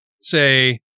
say